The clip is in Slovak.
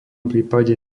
prípade